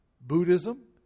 Buddhism